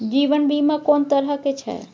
जीवन बीमा कोन तरह के छै?